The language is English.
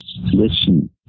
Listen